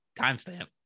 Timestamp